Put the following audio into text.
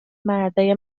مردای